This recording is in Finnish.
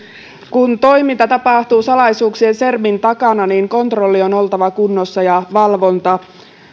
kun toiminta tapahtuu salaisuuksien sermin takana kontrollin ja valvonnan on oltava kunnossa